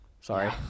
Sorry